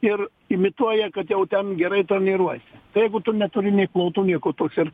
ir imituoja kad jau ten gerai treniruosis jeigu tu neturi nei plautų nieko tokio ir